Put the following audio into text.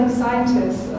scientists